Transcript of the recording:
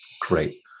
Great